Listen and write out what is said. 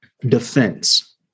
defense